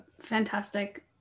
fantastic